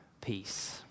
peace